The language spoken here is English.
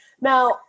Now